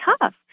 tough